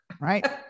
Right